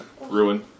Ruin